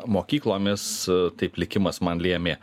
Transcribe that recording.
mokyklomis taip likimas man lėmė